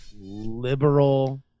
liberal